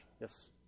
Yes